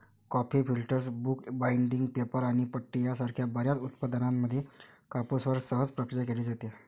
coffee filters, book binding, paper आणि पट्टी यासारख्या बर्याच उत्पादनांमध्ये कापूसवर सहज प्रक्रिया केली जाते